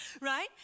right